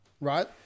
right